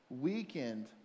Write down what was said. weekend